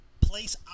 place